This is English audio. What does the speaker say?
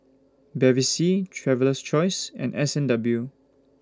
Bevy C Traveler's Choice and S and W